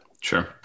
Sure